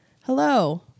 Hello